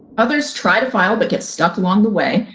others try to file, but get stuck along the way,